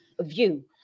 view